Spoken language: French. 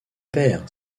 père